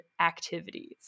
activities